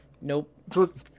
Nope